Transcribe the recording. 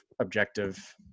objective